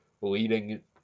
leading